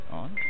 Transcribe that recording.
on